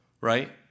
right